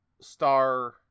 star